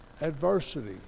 adversity